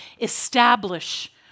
establish